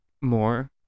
more